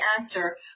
actor